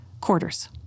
quarters